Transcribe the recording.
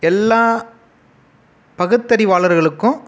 எல்லா பகுத்தறிவாளர்களுக்கும்